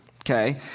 okay